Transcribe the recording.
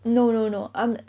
no no no um